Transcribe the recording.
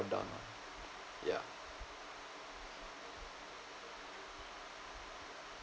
down on yeah